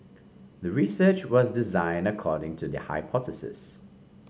the research was designed according to the hypothesis